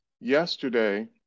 yesterday